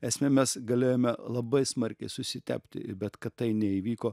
esmė mes galėjome labai smarkiai susitepti bet kad tai neįvyko